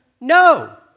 No